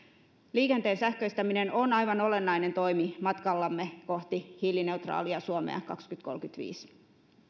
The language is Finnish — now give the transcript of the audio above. liikenteen sähköistäminen on aivan olennainen toimi matkallamme koti hiilineutraalia suomea kaksituhattakolmekymmentäviisi